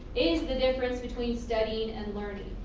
is the difference between studying and learning.